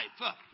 life